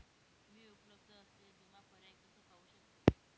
मी उपलब्ध असलेले विमा पर्याय कसे पाहू शकते?